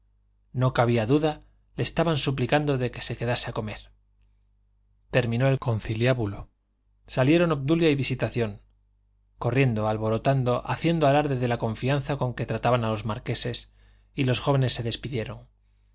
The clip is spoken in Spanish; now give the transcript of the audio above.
no cabía duda le estaban suplicando que se quedase a comer terminó el conciliábulo salieron obdulia y visitación corriendo alborotando haciendo alarde de la confianza con que trataban a los marqueses y los jóvenes se despidieron